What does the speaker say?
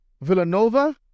Villanova